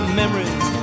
memories